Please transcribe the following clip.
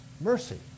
Mercy